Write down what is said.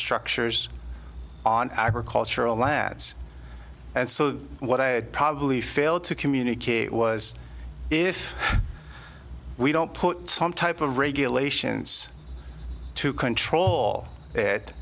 structures on agricultural lats and so what i would probably fail to communicate was if we don't put some type of regulations to control it